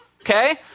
okay